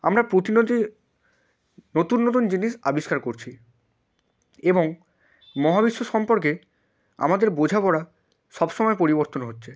আমরা প্রতিনিয়ত নতুন নতুন জিনিস আবিষ্কার করছি এবং মহাবিশ্ব সম্পর্কে আমাদের বোঝাপড়া সব সময় পরিবর্তন হচ্ছে